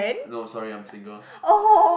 no sorry I'm single